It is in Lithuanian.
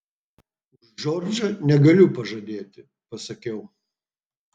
už džordžą negaliu pažadėti pasakiau